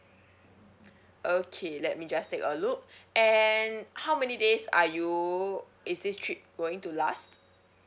okay let me just take a look and how many days are you is this trip going to last